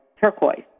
turquoise